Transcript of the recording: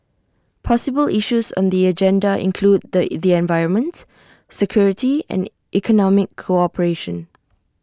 possible issues on the agenda include the environment security and economic cooperation